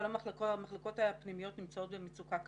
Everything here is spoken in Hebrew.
המחלקות הפנימיות נמצאות במצוקה קשה.